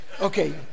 Okay